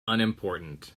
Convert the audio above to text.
unimportant